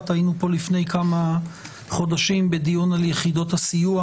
היינו פה לפני כמה חודשים בדיון על יחידות הסיוע